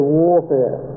warfare